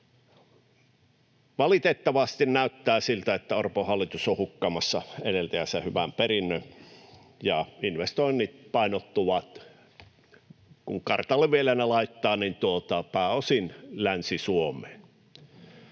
Valitettavasti näyttää siltä, että Orpon hallitus on hukkaamassa edeltäjänsä hyvän perinnön ja investoinnit painottuvat — kun ne vielä kartalle laittaa — pääosin Länsi-Suomeen.